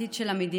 העתיד של המדינה,